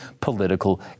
political